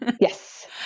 Yes